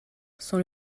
sont